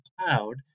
cloud